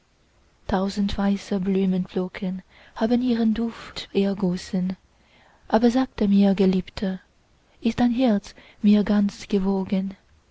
tausend weiße blütenflocken haben ihren duft ergossen aber sage mir geliebte ist dein herz mir ganz gewogen